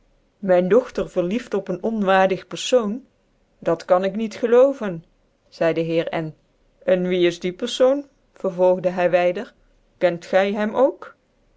dogtcr vcrlicft op een onwaardig pcrfoon dat kan ik niet gi oovcn zcide dc heer n en wie is die pcrfoon vervolgde hy wydcr kent gy hem ook